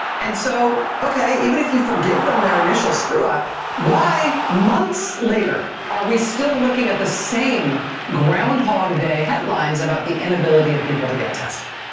and so, okay, even if you forgive them their initial screw-up, why months later are we still looking at the same groundhog day headlines about the inability of people to get tested?